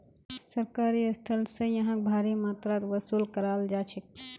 सरकारी स्थल स यहाक भारी मात्रात वसूल कराल जा छेक